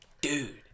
dude